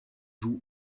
joue